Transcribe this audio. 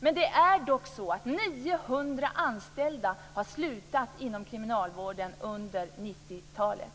Men det är dock så att 900 anställda har slutat inom kriminalvården under 90-talet.